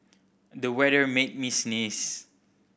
the weather made me sneeze